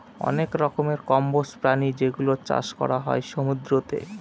অনেক রকমের কম্বোজ প্রাণী যেগুলোর চাষ করা হয় সমুদ্রতে